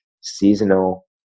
seasonal